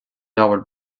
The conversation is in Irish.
leabhar